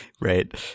Right